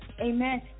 Amen